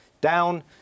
down